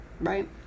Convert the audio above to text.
right